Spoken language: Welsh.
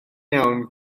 iawn